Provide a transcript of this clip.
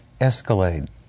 Escalade